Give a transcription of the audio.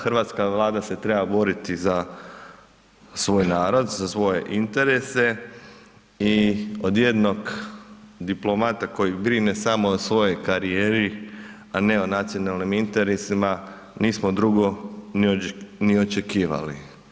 Hrvatska Vlada se treba boriti za svoj narod, za svoje interese i od jednog diplomata koji brine samo o svojoj karijeri, a ne o nacionalnim interesima, nismo drugo ni očekivali.